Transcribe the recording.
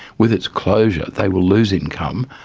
with its closure they will lose income,